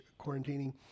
quarantining